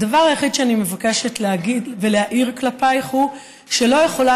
הדבר היחיד שאני מבקשת להגיד ולהעיר כלפייך הוא שלא יכולה